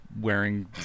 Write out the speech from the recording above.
wearing